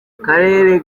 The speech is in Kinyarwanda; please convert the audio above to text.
akarere